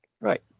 Right